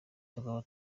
tukaba